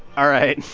all right.